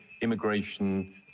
immigration